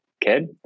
kid